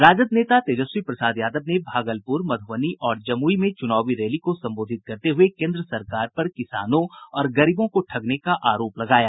राजद नेता तेजस्वी प्रसाद यादव ने भागलपुर मधुबनी और जमुई में चुनावी रैली को संबोधित करते हुए केन्द्र सरकार पर किसानों और गरीबों को ठगने का आरोप लगाया